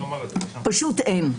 פשוט אין.